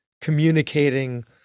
communicating